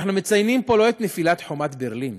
אנחנו מציינים פה לא את נפילת חומת ברלין